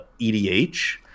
EDH